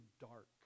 dark